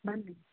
ಬನ್ನಿ